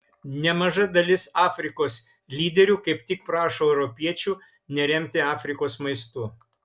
nemaža dalis afrikos lyderių kaip tik prašo europiečių neremti afrikos maistu